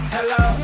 Hello